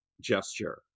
gesture